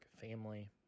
family